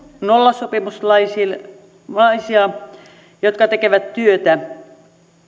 nollasopimuslaisia jotka tekevät työtä